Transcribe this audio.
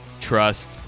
trust